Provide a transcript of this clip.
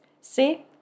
See